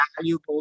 valuable